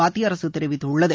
மத்திய அரசு தெரிவித்துள்ளது